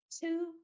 two